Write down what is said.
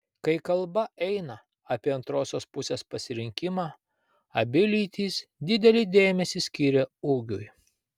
kai kalba eina apie antrosios pusės pasirinkimą abi lytys didelį dėmesį skiria ūgiui